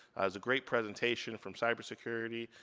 was a great presentation from cyber security,